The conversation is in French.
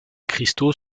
cristaux